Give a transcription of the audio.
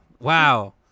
Wow